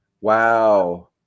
Wow